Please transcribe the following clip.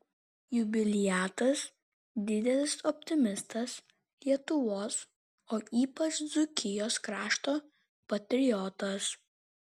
jubiliatas didelis optimistas lietuvos o ypač dzūkijos krašto patriotas